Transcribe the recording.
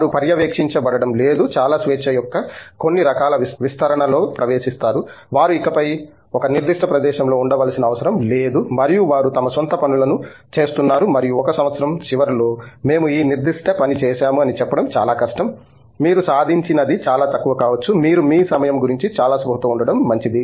వారు పర్యవేక్షించబడడం లేదు చాలా స్వేచ్ఛ యొక్క కొన్ని రకాల విస్తరణలో ప్రవేశిస్తారువారు ఇకపై ఒక నిర్దిష్ట ప్రదేశంలో ఉండవలసిన అవసరం లేదు మరియు వారు తమ స్వంత పనుల ను చేస్తున్నారు మరియు ఒక సంవత్సరం చివరలో మేము ఈ నిర్దిష్ట పని చేసాము అని చెప్పడం చాలా కష్టం మీరు సాధించినది చాలా తక్కువ కావచ్చు మీరు మీ సమయం గురించి చాలా స్పృహతో ఉండడం మంచిది